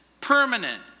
permanent